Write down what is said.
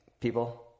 people